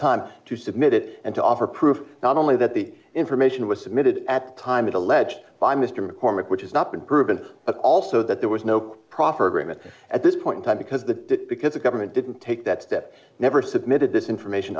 time to submit it and to offer proof not only that the information was submitted at the time it alleged by mr maccormack which is not been proven but also that there was no proffer agreement at this point in time because the because the government didn't take that step never submitted this information